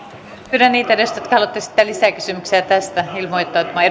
pyydän niitä edustajia jotka haluavat esittää lisäkysymyksiä tästä ilmoittautumaan